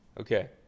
Okay